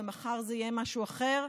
ומחר זה יהיה משהו אחר,